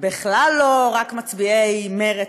בכלל לא רק מצביעי מרצ,